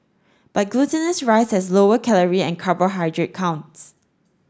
but glutinous rice has lower calorie and carbohydrate counts